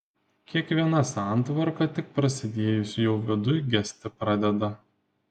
kiekviena santvarka tik prasidėjus jau viduj gesti pradeda